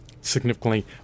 significantly